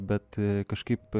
bet kažkaip